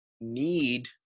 need